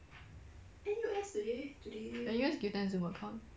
N_U_S give them zoom account